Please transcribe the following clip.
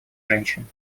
женщин